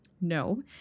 no